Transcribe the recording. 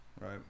right